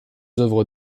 œuvres